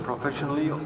Professionally